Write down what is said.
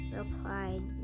replied